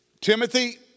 Timothy